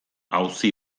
auzi